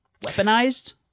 Weaponized